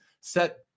set